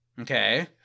Okay